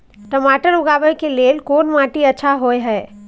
टमाटर उगाबै के लेल कोन माटी अच्छा होय है?